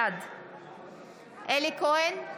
בעד אלי כהן,